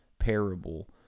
parable